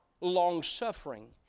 long-suffering